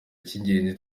cy’ingenzi